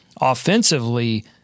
offensively